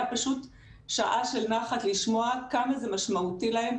פשוט שעה של נחת לשמוע כמה זה משמעותי להם,